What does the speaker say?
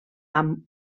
amb